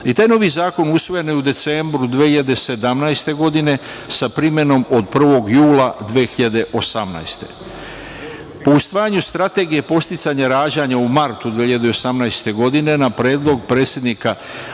Taj novi zakon usvojen je u decembru 2017. godine, sa primenom od 1. jula 2018. godine. Po usvajanju Strategije podsticaja rađanja u martu 2018. godine, na predlog predsednika